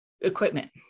equipment